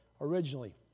originally